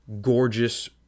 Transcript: gorgeous